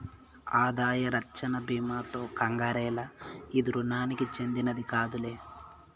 ఆదాయ రచ్చన బీమాతో కంగారేల, ఇది రుణానికి చెందినది కాదులే